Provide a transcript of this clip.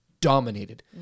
dominated